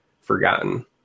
forgotten